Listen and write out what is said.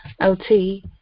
OT